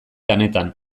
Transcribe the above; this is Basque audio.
lanetan